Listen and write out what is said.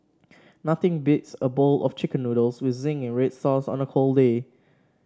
nothing beats a bowl of chicken noodles with zingy red sauce on a cold day